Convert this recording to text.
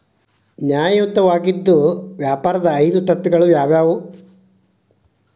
ನ್ಯಾಯಯುತವಾಗಿದ್ ವ್ಯಾಪಾರದ್ ಐದು ತತ್ವಗಳು ಯಾವ್ಯಾವು?